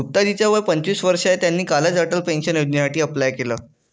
गुप्ता जी च वय पंचवीस वर्ष आहे, त्यांनी कालच अटल पेन्शन योजनेसाठी अप्लाय केलं